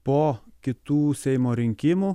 po kitų seimo rinkimų